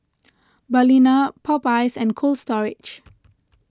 Balina Popeyes and Cold Storage